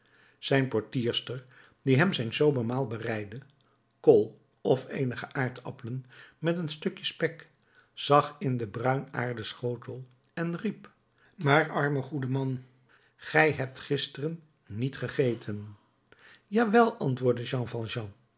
zijn portierster die hem zijn sober maal bereidde kool of eenige aardappelen met een stukje spek zag in den bruinaarden schotel en riep maar arme goede man gij hebt gisteren niet gegeten jawel antwoordde jean